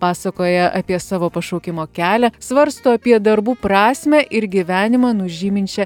pasakoja apie savo pašaukimo kelią svarsto apie darbų prasmę ir gyvenimą nužyminčią